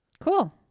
Cool